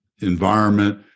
environment